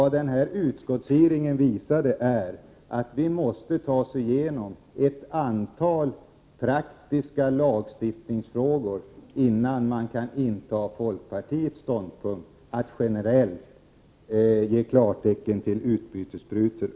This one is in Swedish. Denna utskottshearing visade att vi måste ta oss igenom ett antal praktiska lagstiftningsfrågor innan man kan inta folkpartiets ståndpunkt att generellt ge klartecken till utbytessprutor.